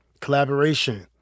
collaboration